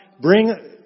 Bring